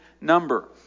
number